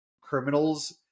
criminals